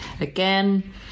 Again